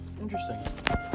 interesting